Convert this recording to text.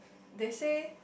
they say